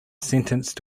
sentence